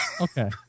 Okay